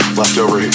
leftover